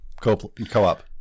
Co-op